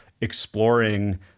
exploring